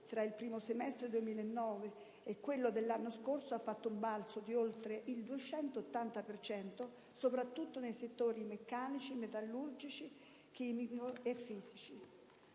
tra il primo semestre 2009 e quello dell'anno scorso ha fatto un balzo di oltre il 280 per cento, soprattutto nei settori meccanico, metallurgico e chimico.